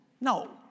No